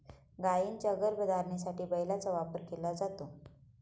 गायींच्या गर्भधारणेसाठी बैलाचा वापर केला जातो